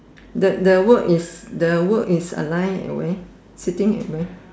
the the word is the word is align at where sitting at where